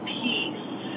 peace